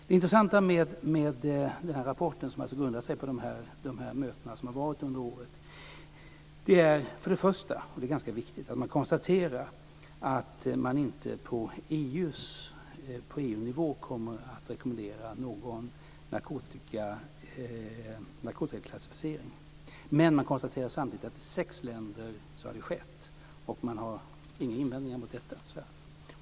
Det intressanta med denna rapport, som alltså grundade sig på de möten som hade hållits under året, är för det första - och det är ganska viktigt - att man inte på EU-nivå kommer att rekommendera någon narkotikaklassificering men samtidigt konstaterar att detta har skett i sex länder och att man inte har några invändningar mot detta.